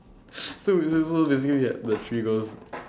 so so basically you had the three girls